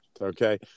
Okay